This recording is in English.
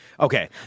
Okay